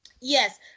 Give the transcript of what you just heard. Yes